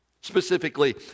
specifically